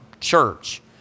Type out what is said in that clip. church